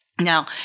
Now